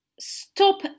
Stop